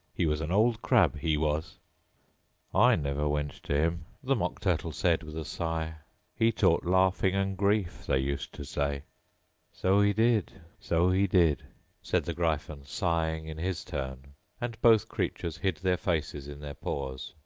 he was an old crab, he was i never went to him the mock turtle said with a sigh he taught laughing and grief, they used to say so he did, so he did said the gryphon, sighing in his turn and both creatures hid their faces in their paws.